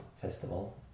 festival